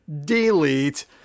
Delete